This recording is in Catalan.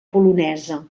polonesa